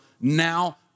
now